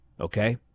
Okay